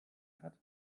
hat